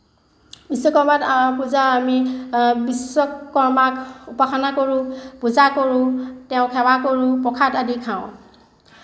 বিশ্বকৰ্মা পূজাত আমি বিশ্বকৰ্মাক উপাসনা কৰোঁ পূজা কৰোঁ তেওঁক সেৱা কৰোঁ প্ৰসাদ আদি খাওঁ